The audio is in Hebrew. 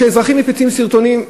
כשאזרחים מפיצים סרטונים,